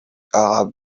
arab